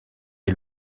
est